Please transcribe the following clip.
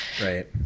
Right